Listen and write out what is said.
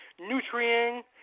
nutrient